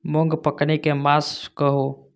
मूँग पकनी के मास कहू?